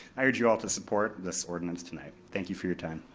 i urge you all to support this ordinance tonight. thank you for your time.